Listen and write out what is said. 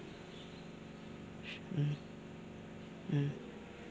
mm mm